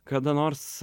kada nors